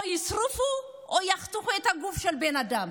או שישרפו, או שיחתכו את הגוף של הבן אדם?